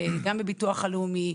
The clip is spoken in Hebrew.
גם בביטוח הלאומי,